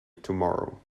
tomorrow